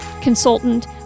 consultant